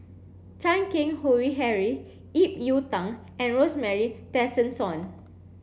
Chan Keng Howe Harry Ip Yiu Tung and Rosemary Tessensohn